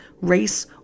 race